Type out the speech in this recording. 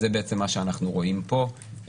זה בעצם מה שאנחנו רואים פה.